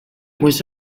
was